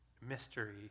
mystery